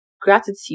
gratitude